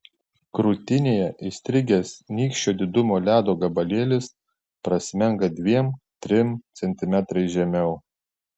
krūtinėje įstrigęs nykščio didumo ledo gabalėlis prasmenga dviem trim centimetrais žemiau